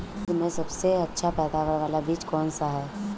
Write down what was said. उड़द में सबसे अच्छा पैदावार वाला बीज कौन सा है?